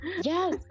yes